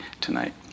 tonight